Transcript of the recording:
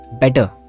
better